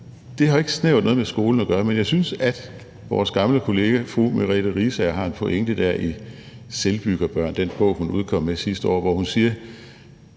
set har det ikke noget med skolen at gøre, men jeg synes, at vores gamle kollega fru Merete Riisager har en pointe i »Selvbyggerbørn« – den bog, hun udkom med sidste år – hvor hun siger: